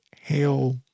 Hail